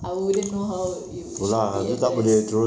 I wouldn't know how it'll she'll be addressed